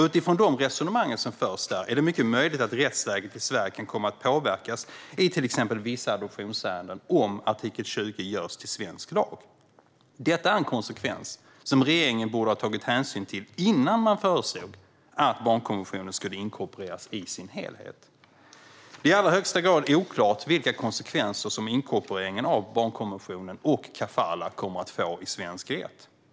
Utifrån de resonemang som förs där är det mycket möjligt att rättsläget i Sverige kan komma att påverkas i till exempel vissa adoptionsärenden om artikel 20 görs till svensk lag. Detta är en konsekvens som regeringen borde ha tagit hänsyn till innan man föreslog att barnkonventionen skulle inkorporeras i sin helhet. Det är i allra högsta grad oklart vilka konsekvenser som inkorporeringen av barnkonventionen och kafalah kommer att få i svensk rätt.